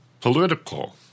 political